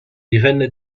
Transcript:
divenne